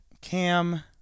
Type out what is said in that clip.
Cam-